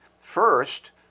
first